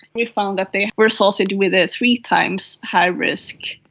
we found that they were associated with a three times higher risk.